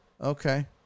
Okay